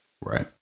Right